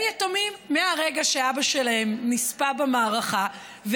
יתומים מהרגע שהאבא שלהם נספה במערכה,